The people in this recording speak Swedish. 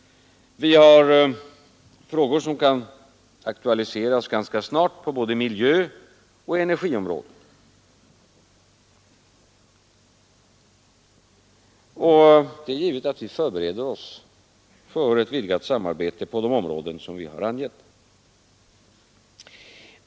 Vi har frågor som kan aktualiseras ganska snart på både miljöoch energiområdet, och det är givet att vi förbereder oss för ett vidgat samarbete på de områden vi har angett.